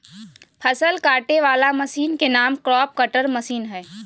फसल काटे वला मशीन के नाम क्रॉप कटर मशीन हइ